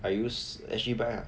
I use S_G bike lah